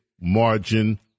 margin